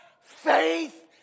Faith